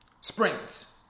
springs